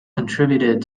contributed